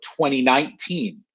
2019